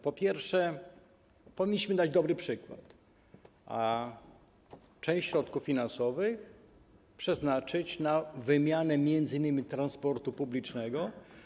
Po pierwsze, powinniśmy dać dobry przykład, a część środków finansowych przeznaczyć na wymianę m.in. transportu publicznego.